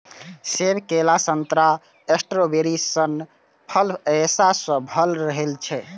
सेब, केला, संतरा, स्ट्रॉबेरी सन फल रेशा सं भरल रहै छै